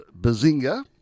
bazinga